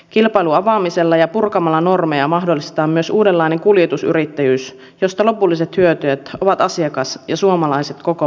kilpailun avaamisella ja normien purkamisella mahdollistetaan myös uudenlainen kuljetusyrittäjyys josta lopulliset hyötyjät ovat asiakas ja suomalaiset koko maassa